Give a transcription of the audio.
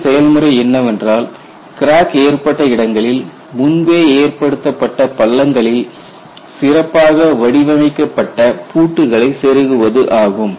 இந்த செயல்முறை என்னவென்றால் கிராக் ஏற்பட்ட இடங்களில் முன்பே ஏற்படுத்தப் பட்ட பள்ளங்களில் சிறப்பாக வடிவமைக்கப்பட்ட பூட்டுகளை செருகுவது ஆகும்